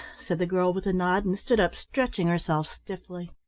said the girl with a nod, and stood up stretching herself stiffly.